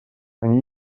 они